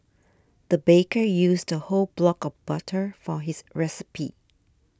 the baker used a whole block of butter for this recipe